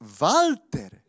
Walter